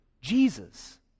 Jesus